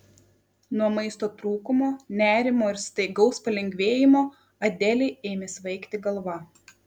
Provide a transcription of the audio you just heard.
nuo maisto trūkumo nerimo ir staigaus palengvėjimo adelei ėmė svaigti galva